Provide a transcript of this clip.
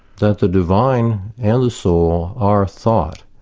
that the divine and the soul are thought.